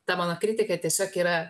ta mano kritika tiesiog yra